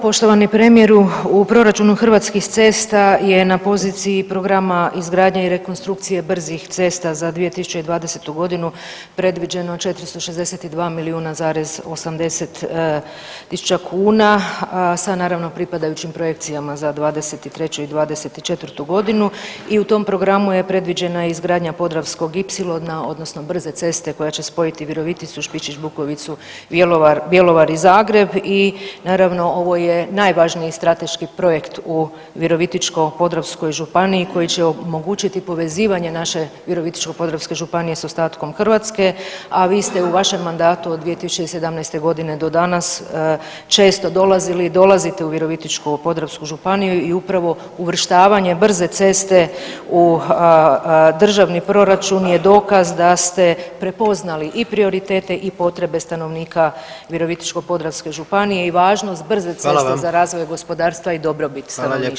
Poštovani premijeru, u proračunu Hrvatskih cesta je na poziciji Programa izgradnje i rekonstrukcije brzih cesta za 2020.g. predviđeno 462 milijuna zarez 80 tisuća kuna sa naravno pripadajućim projekcijama za '23. i '24.g. i u tom programu je predviđena i izgradnja Podravskog ipsilona odnosno brze ceste koja će spojiti Viroviticu, Špišić Bukovicu, Bjelovar, Bjelovar i Zagreb i naravno ovo je najvažniji strateški projekt u Virovitičko-podravskoj županiji koji će omogućiti povezivanje naše Virovitičko-podravske županije s ostatkom Hrvatske, a vi ste u vašem mandatu od 2017.g. do danas često dolazili i dolazite u Virovitičko-podravsku županiju i upravo uvrštavanje brze ceste u državni proračun je dokaz da ste prepoznali i prioritete i potrebe stanovnika Virovitičko-podravske županije i važnost brze ceste [[Upadica: Hvala vam]] za razvoj gospodarstva i dobrobit stanovništva u županiji.